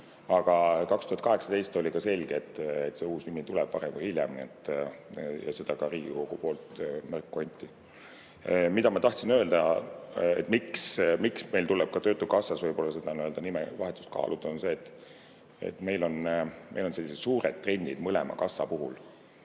2018 oli ka selge, et see uus nimi tuleb varem või hiljem, märku anti ka Riigikogu poolt. Mida ma tahtsin öelda, miks meil tuleb ka töötukassas nimevahetust kaaluda, on see, et meil on sellised suured trendid mõlema kassa puhul.